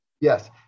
yes